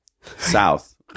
South